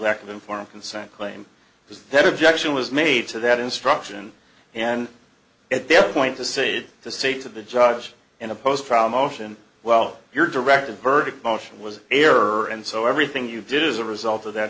lack of informed consent claim is that objection was made to that instruction and at that point to say to say to the judge in a post trial motion while you're directed verdict motion was an error and so everything you did as a result of that